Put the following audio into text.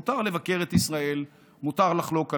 מותר לבקר את ישראל, מותר לחלוק עלינו,